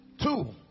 Two